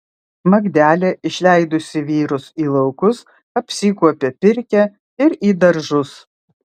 magdelė išleidusi vyrus į laukus apsikuopia pirkią ir į daržus